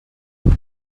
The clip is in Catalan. anem